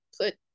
put